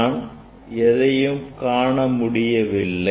நான் எதையும் காண முடியவில்லை